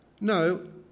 No